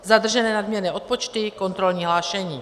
Zadržené nadměrné odpočty, kontrolní hlášení.